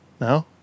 No